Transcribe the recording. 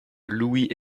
louis